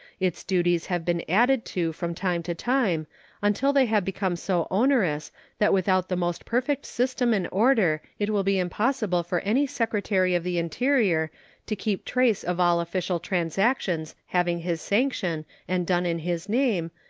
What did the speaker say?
its duties have been added to from time to time until they have become so onerous that without the most perfect system and order it will be impossible for any secretary of the interior to keep trace of all official transactions having his sanction and done in his name,